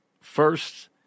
first